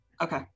Okay